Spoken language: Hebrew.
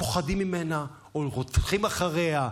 פוחדים ממנה או רודפים אחריה,